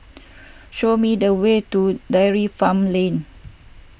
show me the way to Dairy Farm Lane